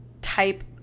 type